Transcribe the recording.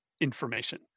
information